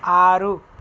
ఆరు